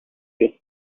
you